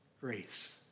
grace